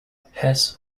hess